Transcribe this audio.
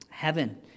heaven